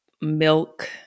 milk